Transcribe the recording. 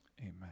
Amen